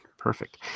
perfect